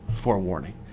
forewarning